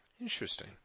Interesting